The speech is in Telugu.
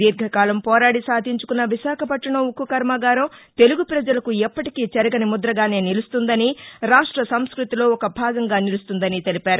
దీర్ఘకాలం పోరాడి సాధించుకున్న విశాఖపట్టణం ఉక్కు కర్మాగారం తెలుగు ప్రజలకు ఎప్పటికీ చెరగని ముద్రగానే నిలుస్తుందని రాష్ట సంస్భృతిలో ఒక భాగంగా నిలుస్తుందని తెలిపారు